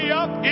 up